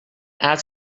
add